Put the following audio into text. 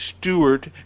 Stewart